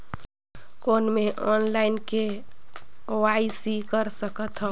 कौन मैं online KYC कर सकथव?